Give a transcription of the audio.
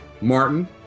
Martin